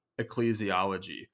ecclesiology